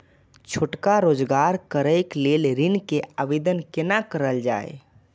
छोटका रोजगार करैक लेल ऋण के आवेदन केना करल जाय?